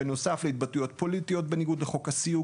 שהן בנוסף להתבטאויות הפוליטיות בניגוד לחוק הסיוג